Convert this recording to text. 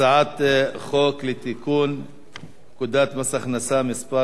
הצעת חוק לתיקון פקודת מס הכנסה (מס'